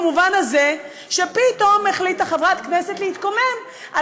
במובן הזה שפתאום החליטה חברת כנסת להתקומם על